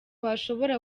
hashobora